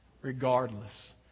regardless